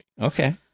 Okay